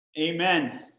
Amen